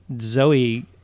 Zoe